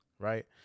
Right